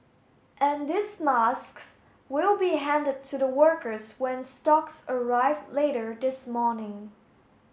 and these masks will be handed to the workers when stocks arrive later this morning